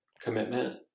commitment